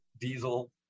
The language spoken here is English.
diesel